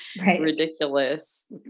ridiculous